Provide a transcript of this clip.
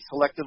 selectively